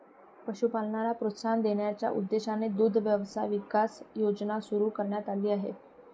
पशुपालनाला प्रोत्साहन देण्याच्या उद्देशाने दुग्ध व्यवसाय विकास योजना सुरू करण्यात आली आहे